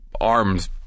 arms